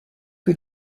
que